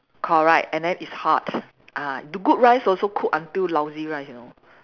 correct and then it's hard ah the good rice also cook until lousy rice you know